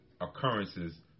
occurrences